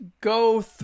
go